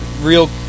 real